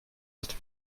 ist